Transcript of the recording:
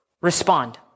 respond